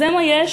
זה מה יש,